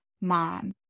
mom